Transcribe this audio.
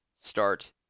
start